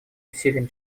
усилиям